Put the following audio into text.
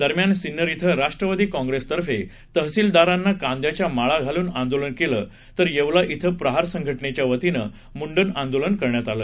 दरम्यान सिन्नर िं राष्ट्रवादी काँग्रेसतर्फे तहसीलदारांना कांद्याच्या माळा घालून आंदोलन केलं तर येवला िं प्रहार संघटनेच्या वतीनं मुंडन आंदोलन करण्यात आलं